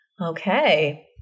Okay